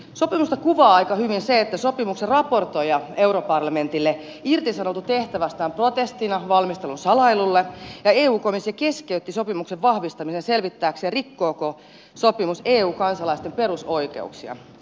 sopimusta kuvaa aika hyvin se että sopimuksen raportoija europarlamentille irtisanoutui tehtävästään protestina valmistelun salailulle ja eu komissio keskeytti sopimuksen vahvistamisen selvittääkseen rikkooko sopimus eu kansalaisten perusoikeuksia